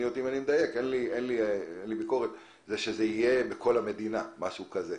תהיה כשהמחלה תהיה בכל המדינה או משהו כזה.